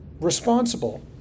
responsible